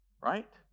right